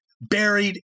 buried